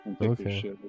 Okay